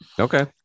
okay